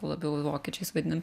labiau vokiečiais vadinam